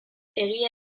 egia